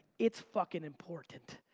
it's fucking important.